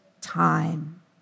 time